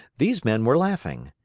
these men were laughing.